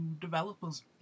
developers